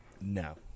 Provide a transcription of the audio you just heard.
No